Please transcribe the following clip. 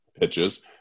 pitches